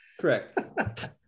Correct